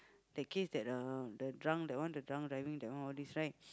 that case that uh the drunk that one the drunk driving all this right